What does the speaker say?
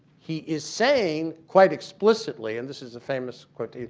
he is saying, quite explicitly and this is a famous quote.